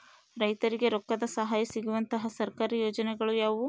ರೈತರಿಗೆ ರೊಕ್ಕದ ಸಹಾಯ ಸಿಗುವಂತಹ ಸರ್ಕಾರಿ ಯೋಜನೆಗಳು ಯಾವುವು?